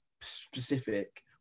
specific